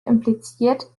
impliziert